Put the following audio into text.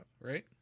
right